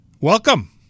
Welcome